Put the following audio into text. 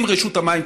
עם רשות המים,